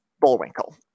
Bullwinkle